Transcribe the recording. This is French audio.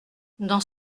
dans